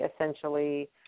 essentially